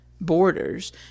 borders